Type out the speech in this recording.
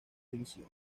división